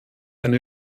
eine